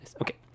okay